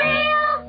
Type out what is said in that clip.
Real